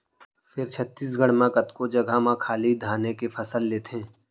फेर छत्तीसगढ़ म कतको जघा म खाली धाने के फसल लेथें